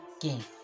game